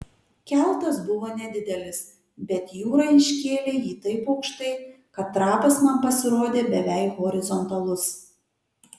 keltas buvo nedidelis bet jūra iškėlė jį taip aukštai kad trapas man pasirodė beveik horizontalus